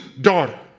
daughter